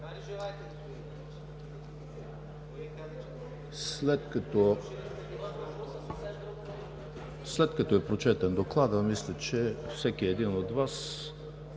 След като е прочетен Докладът, мисля, че всеки един от Вас,